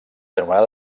anomenada